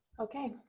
okay.